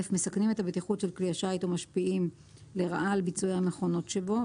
מסכנים את הבטיחות של כלי השיט או משפיעים לרעה על ביצועי המכונות שבו.